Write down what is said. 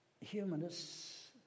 Humanists